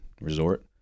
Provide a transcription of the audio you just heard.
Resort